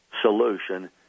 solution